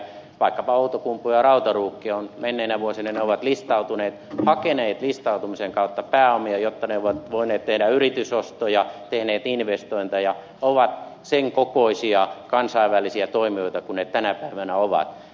vaikkapa outokumpu ja rautaruukki ovat menneinä vuosina listautuneet hakeneet listautumisen kautta pääomia jotta ne ovat voineet tehdä yritysostoja tehneet investointeja jotta ne ovat sen kokoisia kansainvälisiä toimijoita kuin ne tänä päivänä ovat